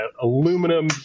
aluminum